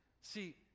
See